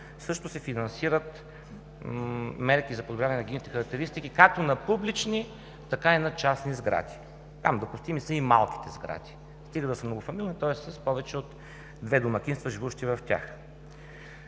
Също се финансират мерки за подобряване на енергийните характеристики както на публични, така и на частни сгради. Там са допустими и малките сгради, стига да са многофамилни, тоест с повече от две домакинства, живеещи в тях.